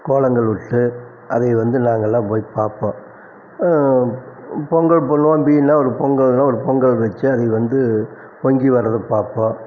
கோலங்கள் விட்டு அதை வந்து நாங்கெல்லாம் போய் பார்ப்போம் பொங்கல் பண்ணுவோம் பீனா ஒரு பொங்கல்னா ஒரு பொங்கல் வச்சி அதை வந்து பொங்கி வரதை பார்ப்போம்